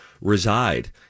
reside